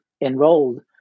enrolled